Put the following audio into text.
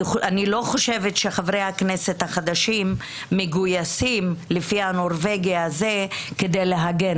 אני לא חושבת שחברי הכנסת החדשים מגויסים לפי הנורבגי הזה כדי להגן.